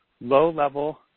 low-level